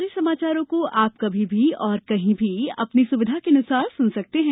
हमारे समाचारों को अब आप कभी भी और कहीं भी अपनी सुविधा के अनुसार सुन सकते हैं